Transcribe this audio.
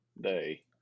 day